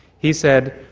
he said,